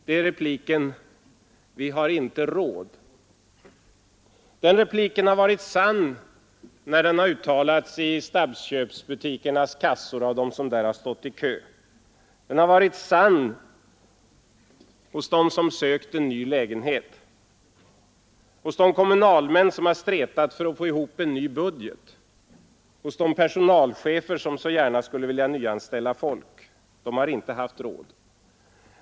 Det är repliken: ”Vi har inte råd.” Den repliken har varit sann när den har uttalats vid snabbköpsbutikernas kassor av dem som där har stått i kö. Den har varit sann hos dem som sökt en ny lägenhet, hos de kommunalmän som har stretat för att få ihop en ny budget, hos de personalchefer som så gärna skulle vilja nyanställa folk — de har inte haft råd.